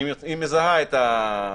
היא מזהה את ה -.